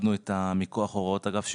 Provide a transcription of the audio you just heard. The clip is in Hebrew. שהורדנו את מכוח הוראות אגף שיקום.